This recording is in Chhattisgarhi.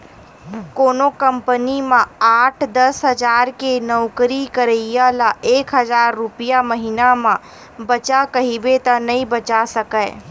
कोनो कंपनी म आठ, दस हजार के नउकरी करइया ल एक हजार रूपिया महिना म बचा कहिबे त नइ बचा सकय